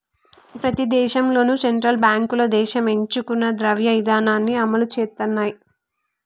ప్రతి దేశంలోనూ సెంట్రల్ బ్యాంకులు దేశం ఎంచుకున్న ద్రవ్య ఇధానాన్ని అమలు చేత్తయ్